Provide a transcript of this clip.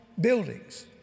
buildings